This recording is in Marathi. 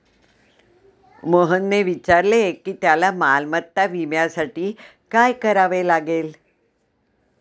मोहनने विचारले की त्याला मालमत्ता विम्यासाठी काय करावे लागेल?